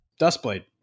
Dustblade